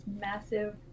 massive